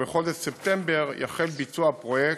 ובחודש ספטמבר יחל ביצוע הפרויקט,